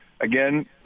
again